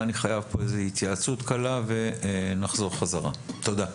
אני חייב התייעצות קלה ואחר כך נחזור להמשך הדיון.